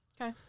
Okay